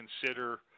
consider